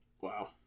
Wow